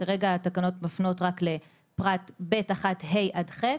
כרגע התקנות מפנות רק לפרט ב(1)(ה) עד (ח),